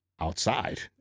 Outside